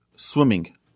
swimming